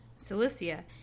Cilicia